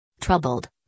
Troubled